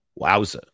Wowza